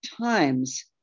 times